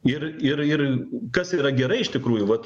ir ir ir kas yra gerai iš tikrųjų vat